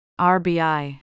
RBI